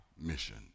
mission